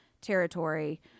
territory